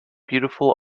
beautiful